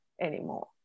anymore